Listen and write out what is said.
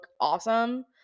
awesome